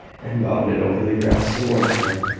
and bounded over the grass towards her.